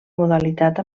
modalitat